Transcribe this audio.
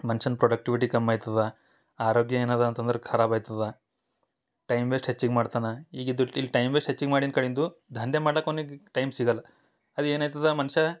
ಮನುಷ್ಯನ ಪ್ರೊಡಕ್ಟವಿಟಿ ಕಮ್ ಆಯ್ತದ ಆರೋಗ್ಯ ಏನು ಅದ ಅಂತಂದ್ರ ಖರಾಬ್ ಆಯ್ತದ ಟೈಮ್ ವೇಸ್ಟ್ ಹೆಚ್ಚಿಗೆ ಮಾಡ್ತಾನ ಈಗ ಇದು ಇಲ್ಲಿ ಟೈಮ್ ವೇಸ್ಟ್ ಹೆಚ್ಚಿಗೆ ಮಾಡಿನ ಕಡಿಂದ ದಂಧೆ ಮಾಡಕ್ಕೆ ಅವ್ನಿಗ ಟೈಮ್ ಸಿಗಲ್ಲ ಅದು ಏನು ಐತದ ಮನುಷ್ಯ